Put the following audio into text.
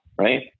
right